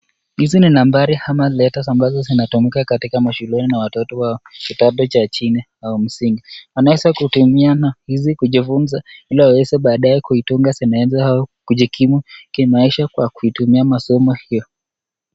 Hizi ni nambari ama letters ambazo zinatamkwa katika mashuleni na watoto wa kidato cha chini au msingi. Anaweza kutumia hizi kujifunza ili aweze baadae kuitunga sentensi au kujikimu kimaisha kwa kutumia masomo hiyo.